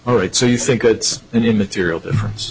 all right so you think it's in material difference